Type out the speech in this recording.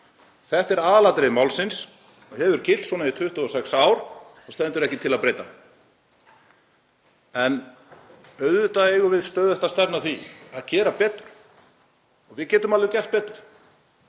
þetta er aðalatriði málsins og hefur gilt svona í 26 ár og stendur ekki til að breyta því. En auðvitað eigum við stöðugt að stefna að því að gera betur og við getum alveg gert betur.